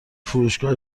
فروشگاه